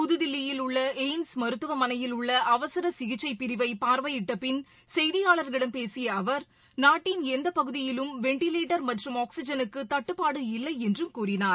புதுதில்லியில் உள்ள எய்ம்ஸ் மருத்துவமனையில் உள்ள அவசர சிகிச்சை பிரிவை பார்வையிட்ட பின் செய்தியாளர்களிடம் பேசிய அவர் நாட்டின் எந்த பகுதியிலும் வெண்டிவேட்டர் மற்றும் ஆக்ஸிஜனுக்கு தட்டுப்பாடு இல்லை என்றும் கூறினார்